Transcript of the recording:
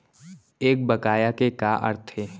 एक बकाया के का अर्थ हे?